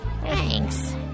Thanks